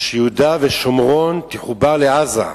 שיהודה ושומרון יחוברו לעזה.